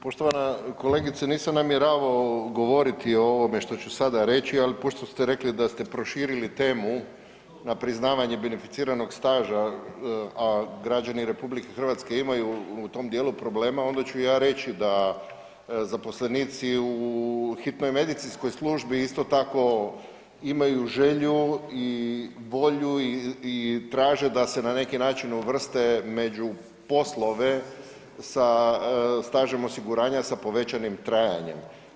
Poštovana kolegice, nisam namjeravamo govoriti o ovome što ću sada reći, al pošto ste rekli da ste proširili temu na priznavanje beneficiranog staža, a građani RH imaju u tom dijelu problema, onda ću ja reći da zaposlenici u Hitnoj medicinskoj službi isto tako imaju želju i volju i traže da se na neki način uvrste među poslove sa stažom osiguranja sa povećanim trajanjem.